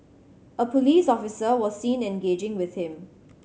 a police officer was seen engaging with him